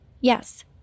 yes